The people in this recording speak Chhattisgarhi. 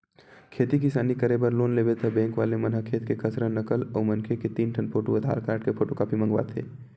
खेती किसानी करे बर लोन लेबे त बेंक वाले मन ह खेत के खसरा, नकल अउ मनखे के तीन ठन फोटू, आधार कारड के फोटूकापी मंगवाथे